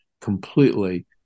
completely